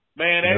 man